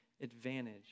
advantage